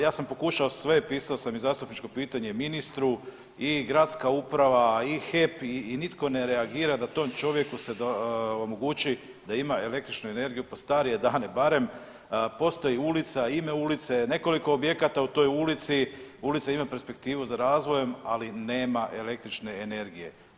Ja sam pokušao sve, pisao sam i zastupničko pitanje ministru i gradska uprava i HEP i nitko ne reagira da tom čovjeku se omogući da ima električnu energiju pod starije dane, barem postoji ulica, ime ulice nekoliko objekata u toj ulici, ulica ima perspektivu za razvojem ali nema električne energije.